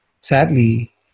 sadly